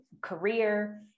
career